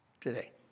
today